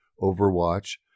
Overwatch